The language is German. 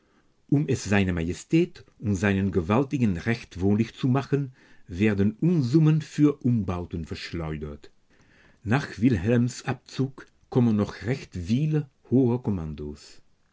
um es s m und seinen gewaltigen recht wohnlich zu machen werden unsummen für umbauten verschleudert nach wilhelms abzug kommen noch recht viele hohe kommandos